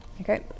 okay